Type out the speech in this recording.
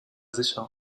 sicher